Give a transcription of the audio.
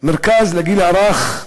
מרכז לגיל הרך,